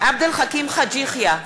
עבד אל חכים חאג' יחיא,